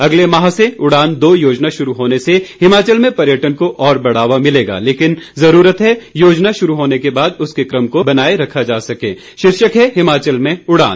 अगले माह से उड़ान दो योजना शुरू होने से हिमाचल में पर्यटन को और बढ़ावा मिलेगा लेकिन जरूरत है कि योजना शुरू होने के बाद उसके क्रम को बनाए रखा जा सके शीर्षक है हिमाचल में उड़ान